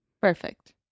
Perfect